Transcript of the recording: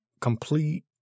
complete